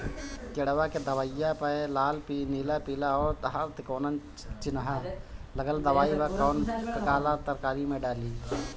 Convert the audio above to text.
किड़वा के दवाईया प लाल नीला पीला और हर तिकोना चिनहा लगल दवाई बा कौन काला तरकारी मैं डाली?